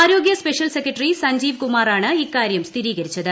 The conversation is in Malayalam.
ആരോഗ്യു സ്പെഷ്യൽ സെക്രട്ടറി സഞ്ജീവ് കുമാറാണ് ഇക്കാര്യം സ്ഥിരീകരിച്ചത്